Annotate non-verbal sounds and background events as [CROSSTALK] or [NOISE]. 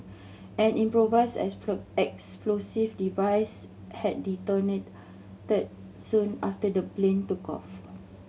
an improvised [UNINTELLIGIBLE] explosive device had detonated soon after the plane took off